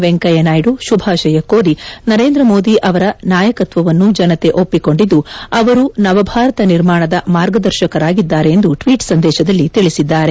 ವೆಂಕಯ್ಯನಾಯ್ದು ಶುಭಾಶಯ ಕೋರಿ ನರೇಂದ್ರ ಮೋದಿ ಅವರ ನಾಯಕತ್ವವನ್ನು ಜನತೆ ಒಪ್ಪಿಕೊಂಡಿದ್ದು ಅವರು ನವಭಾರತ ನಿರ್ಮಾಣದ ಮಾರ್ಗದರ್ಶಕರಾಗಿದ್ದಾರೆ ಎಂದು ಟ್ಲೀಟ್ ಸಂದೇಶದಲ್ಲಿ ತಿಳಿಸಿದ್ದಾರೆ